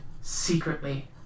secretly